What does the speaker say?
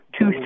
two